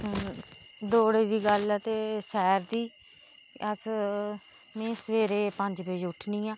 दौड़े दी गल्ल ऐ ते सैर दी अस मीं सबेरे पंज बजे उट्ठनी आं